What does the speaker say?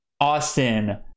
Austin